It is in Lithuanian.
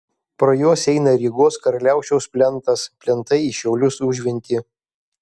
pro juos eina rygos karaliaučiaus plentas plentai į šiaulius užventį